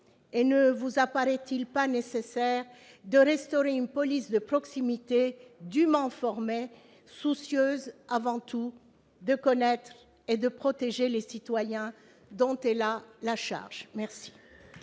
? Ne vous paraît-il pas nécessaire de restaurer une police de proximité dûment formée, soucieuse avant tout de connaître et de protéger les citoyens dont elle a la charge ? La